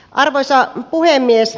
arvoisa puhemies